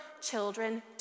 children